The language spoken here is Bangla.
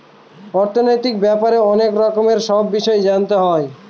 অর্থনৈতিক ব্যাপারে অনেক রকমের সব বিষয় জানতে হয়